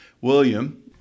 William